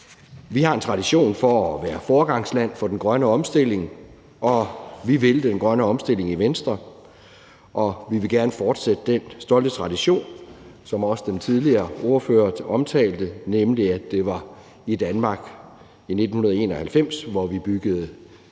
Vi har en tradition for at være foregangsland for den grønne omstilling. Vi vil den grønne omstilling i Venstre, og vi vil gerne fortsætte den stolte tradition, som også den tidligere ordfører omtalte, nemlig at det var i Danmark i 1991, at vi byggede